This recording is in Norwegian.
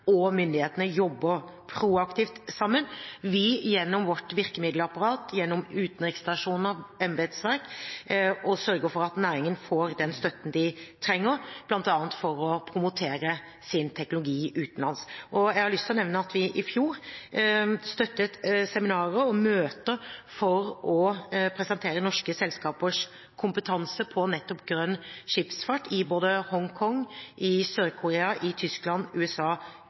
og myndighetene jobber proaktivt sammen, at vi gjennom vårt virkemiddelapparat, gjennom utenriksstasjoner og embetsverk, sørger for at næringen får den støtten den trenger, bl.a. for å promotere sin teknologi utenlands. Jeg har lyst til å nevne at vi i fjor støttet seminarer og møter for å presentere norske selskapers kompetanse på nettopp grønn skipsfart i Hongkong, Sør-Korea, Tyskland og USA.